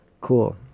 Cool